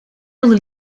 wilde